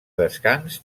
descans